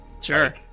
Sure